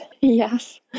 Yes